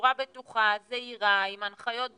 בצורה בטוחה, זהירה, עם הנחיות ברורות,